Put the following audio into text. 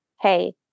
Hey